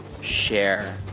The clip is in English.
share